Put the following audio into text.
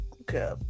Okay